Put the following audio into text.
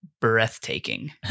breathtaking